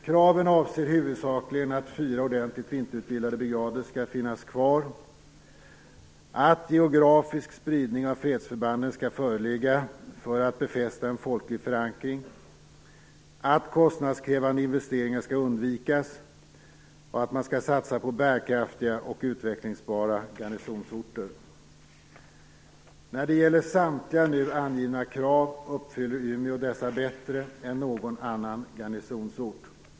Kraven avser huvudsakligen att fyra ordentligt vinterutbildade brigader skall finnas kvar, att geografisk spridning av fredsförbanden skall föreligga för att befästa en folklig förankring, att kostnadskrävande investeringar skall undvikas och att man skall satsa på bärkraftiga och utvecklingsbara garnisonsorter. Umeå uppfyller samtliga nu angivna krav bättre än någon annan garnisonsort.